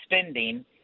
spending